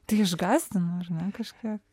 tai išgąsdino ar ne kažkie